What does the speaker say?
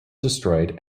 destroyed